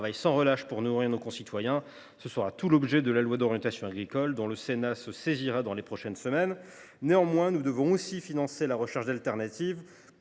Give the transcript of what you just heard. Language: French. sans relâche pour nourrir nos concitoyens. Ce sera tout l’objet du projet de loi d’orientation agricole, dont le Sénat se saisira dans les prochaines semaines. Néanmoins, nous devons également financer la recherche de solutions